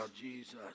Jesus